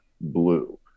blue